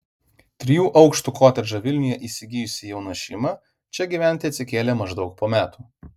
trijų aukštų kotedžą vilniuje įsigijusi jauna šeima čia gyventi atsikėlė maždaug po metų